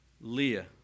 Leah